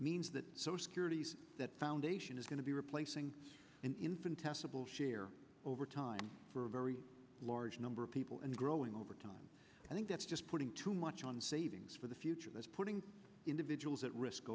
means that so securities that foundation is going to be replacing infant testable share over time for a very large number of people and growing over time i think that's just putting too much on savings for the future that's putting individuals at risk